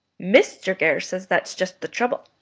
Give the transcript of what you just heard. mr. gerrish says that's just the trouble,